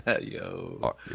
Yo